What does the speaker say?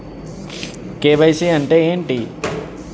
KYC అంటే ఏంటి?